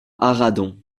arradon